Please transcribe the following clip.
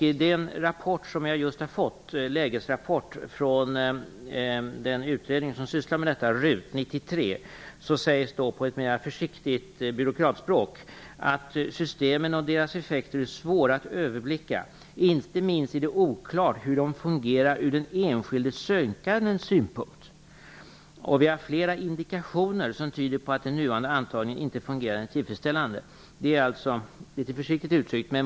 I den lägesrapport som jag just har fått från den utredning som sysslar med detta, RUT 93, sägs på ett mer försiktigt byråkratspråk: Systemen och deras effekter är svåra att överblicka. Inte minst är det oklart hur de fungerar ur den enskilde sökandens synpunkt. Vi har flera indikationer som tyder på att den nuvarande antagningen inte fungerar tillfredsställande. Det är alltså litet försiktigt uttryckt.